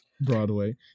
Broadway